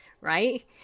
Right